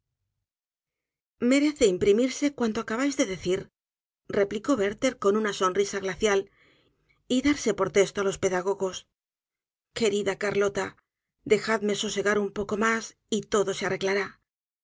merece imprimirse cuanto acabáis de decir replicó werther con una sonrisa glacial y darse por testo á los pedagogos querida carlota dejadme sosegar un poco mas y todo se arreglará